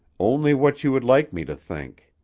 only what you would like me to think.